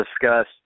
discuss